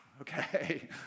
okay